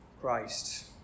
Christ